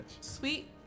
sweet